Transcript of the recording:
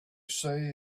say